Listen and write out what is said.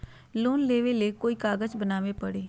Loan लेबे ले कोई कागज बनाने परी?